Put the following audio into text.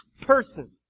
person